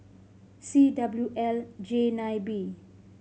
C W L J nine B